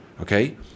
Okay